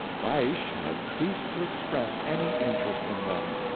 bysshe had ceased to express any interest in them.